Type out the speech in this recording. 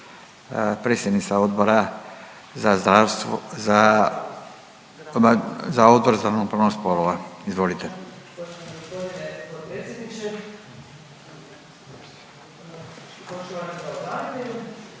predsjednica Odbora za ravnopravnost spolova. Izvolite.